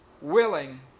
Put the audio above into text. willing